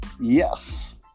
Yes